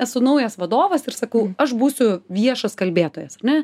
esu naujas vadovas ir sakau aš būsiu viešas kalbėtojas ne